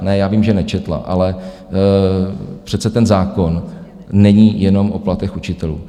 Ne, já vím, že nečetla, ale přece ten zákon není jenom o platech učitelů.